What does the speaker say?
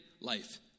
life